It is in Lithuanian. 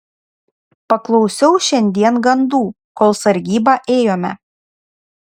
paklausiau šiandien gandų kol sargybą ėjome